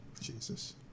Jesus